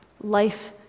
Life